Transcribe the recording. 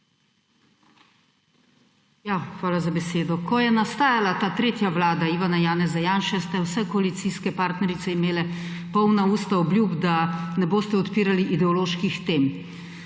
Hvala za besedo. Ko je nastajala ta tretja vlada Ivana Janeza Janše, ste vse koalicijske partnerice imele polna usta obljub, da ne boste odpirali ideoloških tem.